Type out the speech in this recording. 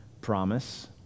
promise